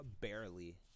barely